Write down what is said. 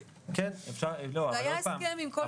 זה היה הסכם עם כל ארגוני הנכים.